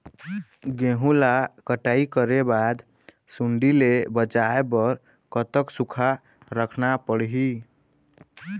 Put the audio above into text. गेहूं ला कटाई करे बाद सुण्डी ले बचाए बर कतक सूखा रखना पड़ही?